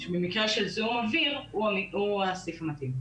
שבמקרה של זיהום אוויר הוא הסעיף המתאים.